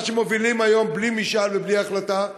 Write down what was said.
מה שמובילים היום בלי משאל ובלי החלטה,